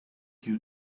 you